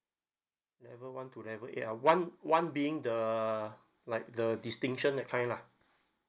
level one to level eight ah one one being the like the distinction that kind lah